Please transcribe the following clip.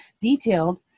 detailed